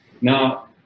Now